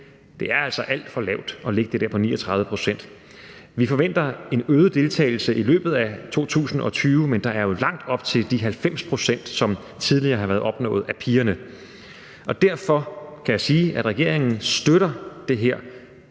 det er altså alt for lavt, når det ligger på 39 pct. Vi forventer en øget deltagelse i løbet af 2020, men der er jo langt op til de 90 pct., som tidligere har været opnået af pigerne, og derfor kan jeg sige, at regeringen støtter det her